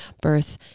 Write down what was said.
birth